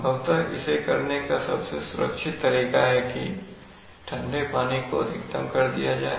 संभवतः इसे करने का सबसे सुरक्षित तरीका है कि ठंडे पानी को अधिकतम कर दिया जाए